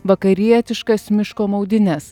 vakarietiškas miško maudynes